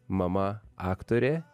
mama aktorė